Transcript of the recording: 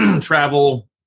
travel